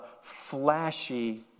flashy